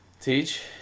Teach